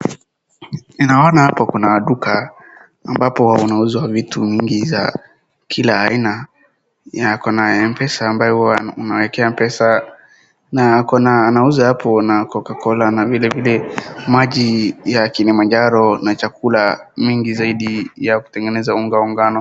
Ninaona hapo kuna duka, ambapo kunauzwa vitu mingi za kila aina, na kuna mpesa ambapo unaekea pesa, na anauza hapo coca cola na vilevile maji ya kilimanjaro na chakula mingi zaidi ya kutengeneza unga wa ngano.